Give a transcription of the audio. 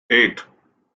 eight